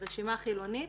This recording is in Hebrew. רשימה חילונית.